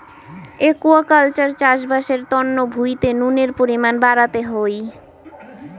aquaculture চাষবাস এর তন্ন ভুঁইতে নুনের পরিমান বাড়াতে হই